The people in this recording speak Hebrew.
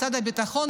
משרד הביטחון,